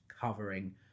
covering